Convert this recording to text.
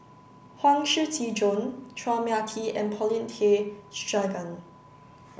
Huang Shiqi Joan Chua Mia Tee and Paulin Tay Straughan